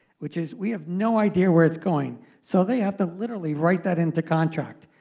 which is, we have no idea where it's going. so they have to literally write that into contract.